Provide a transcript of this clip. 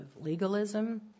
legalism